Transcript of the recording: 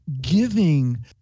giving